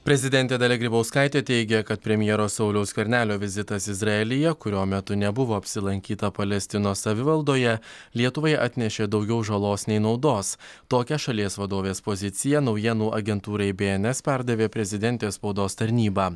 prezidentė dalia grybauskaitė teigia kad premjero sauliaus skvernelio vizitas izraelyje kurio metu nebuvo apsilankyta palestinos savivaldoje lietuvai atnešė daugiau žalos nei naudos tokią šalies vadovės poziciją naujienų agentūrai bns perdavė prezidentės spaudos tarnyba